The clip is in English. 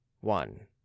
one